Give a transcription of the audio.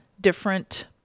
different